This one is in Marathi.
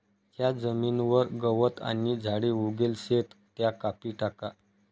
ज्या जमीनवर गवत आणि झाडे उगेल शेत त्या कापी टाका